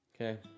Okay